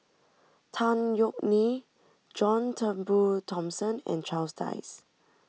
Tan Yeok Nee John Turnbull Thomson and Charles Dyce